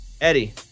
Eddie